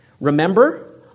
Remember